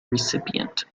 recipient